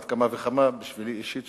על אחת כמה וכמה בשבילי אישית,